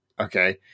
Okay